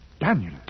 Daniel